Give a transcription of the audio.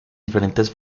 diferentes